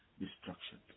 destruction